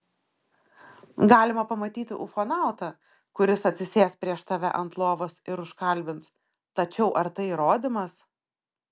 galima pamatyti ufonautą kuris atsisės prieš tave ant lovos ir užkalbins tačiau ar tai įrodymas